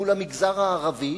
מול המגזר הערבי,